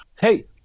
hey